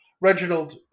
Reginald